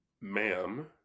ma'am